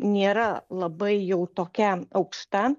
nėra labai jau tokia aukšta